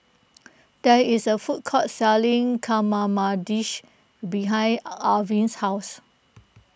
there is a food court selling behind Arvin's house